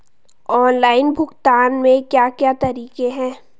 Online भुगतान के क्या क्या तरीके हैं?